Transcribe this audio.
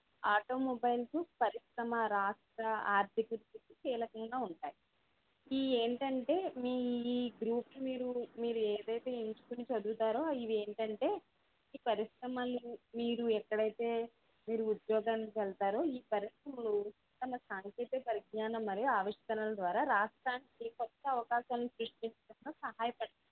automobiles పరిశ్రమ రాష్ట్ర ఆర్ధిక అభివృద్ధికి కీలకంగా ఉంటాయి ఈ ఏంటంటే మీ ఈ గ్రూప్స్ మీరు ఏదైతే ఎంచుకుని చదువుతారో ఇవి ఏంటి అంటే ఈ పరిశ్రమలు మీరు ఎక్కడైతే మీరు ఉద్యోగానికి వెళతారో ఈ పరిశ్రమలు తమ సాంకేతిక పరిజ్ఞానం మరియు ఆవిష్కరణల ద్వారా రాష్ట్రానికి క్రొత్త అవకాశం సృష్టించడంలో సహాయపడుతుంది